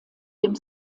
dem